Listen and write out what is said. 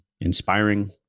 inspiring